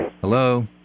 Hello